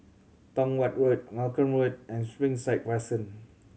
Tong Watt Road Malcolm Road and Springside Crescent